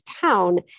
town